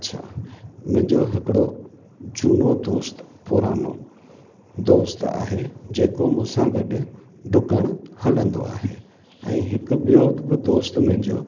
अछा मुंहिंजो हिकिड़ो झूनो दोस्त पुराणो दोस्त आहे जेको मूंसां गॾु डुकण हलंदो आहे ऐं हिकु ॿियो बि दोस्त मुंहिंजो